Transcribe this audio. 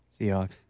Seahawks